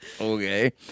okay